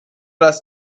das